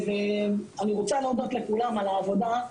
אני רוצה להודות לכולם על העבודה.